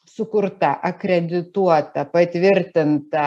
sukurta akredituota patvirtinta